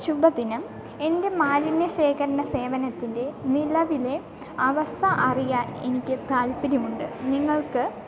ശുഭദിനം എൻ്റെ മാലിന്യ ശേഖരണ സേവനത്തിൻ്റെ നിലവിലെ അവസ്ഥ അറിയാൻ എനിക്കു താൽപ്പര്യമുണ്ട് നിങ്ങൾക്ക്